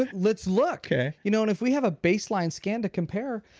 but let's look you know and if we have a baseline scan to compare,